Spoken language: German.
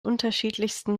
unterschiedlichsten